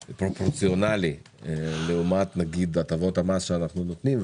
פרופורציונלי לעומת נגיד הטבות המס שאנחנו נותנים,